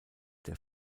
der